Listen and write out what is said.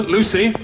Lucy